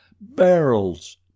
barrels